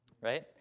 right